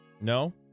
no